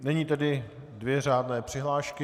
Nyní tedy dvě řádné přihlášky.